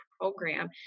program